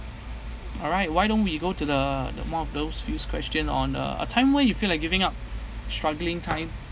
all right why don't we go to the the more of those fews question on uh a time where you feel like giving up struggling time